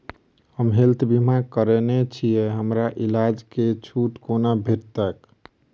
हम हेल्थ बीमा करौने छीयै हमरा इलाज मे छुट कोना भेटतैक?